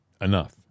enough